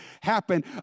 happen